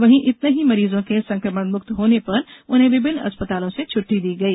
वहीं इतने ही मरीजों के संकमणमुक्त होने पर उन्हें विभिन्न अस्पतालों से छट्टी दी गई